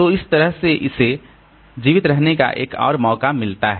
तो इस तरह से इसे जीवित रहने का एक और मौका मिलता है